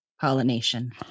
pollination